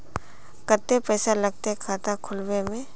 केते पैसा लगते खाता खुलबे में?